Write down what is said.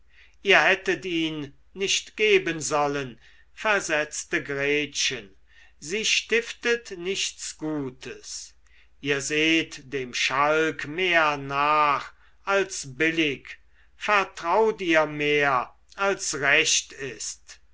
ihr hättet ihn nicht geben sollen versetzte gretchen sie stiftet nichts gutes ihr seht dem schalk mehr nach als billig vertraut ihr mehr als recht ist